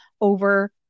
over